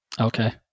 Okay